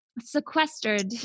sequestered